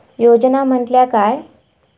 योजना म्हटल्या काय?